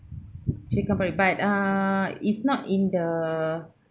chicken porridge but ah it's not in the